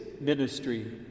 ministry